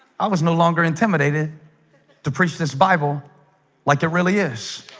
i was no longer intimidated to preach this bible like it really is